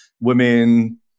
women